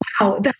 Wow